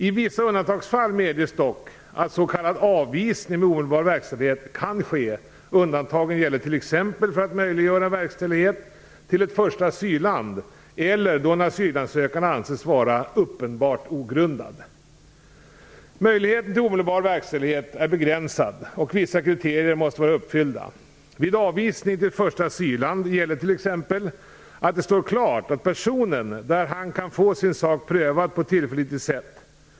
I vissa undantagsfall medges dock att så kallad avvisning med omedelbar verkställighet kan ske. Undantagen gäller t.ex. för att möjliggöra verkställighet till ett första asylland eller då en asylansökan anses vara uppenbart ogrundad. Möjligheten till omedelbar verkställighet är begränsad och vissa kriterier måste vara uppfyllda. Vid avvisning till första asylland gäller t.ex. att det står klart att personen där kan få sin sak prövad på ett tillförlitligt sätt.